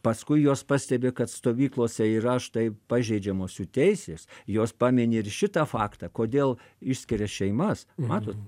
paskui juos pastebi kad stovyklose yra štai pažeidžiamos jų teisės jos pamini ir šitą faktą kodėl išskiria šeimas matot